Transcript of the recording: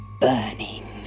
burning